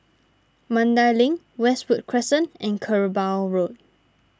Mandai Link Westwood Crescent and Kerbau Road